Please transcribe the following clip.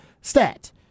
stat